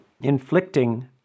inflicting